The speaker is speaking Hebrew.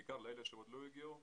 בעיקר לאלה שעוד לא הגיעו,